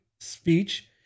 speech